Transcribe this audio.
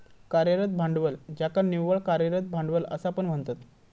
कार्यरत भांडवल ज्याका निव्वळ कार्यरत भांडवल असा पण म्हणतत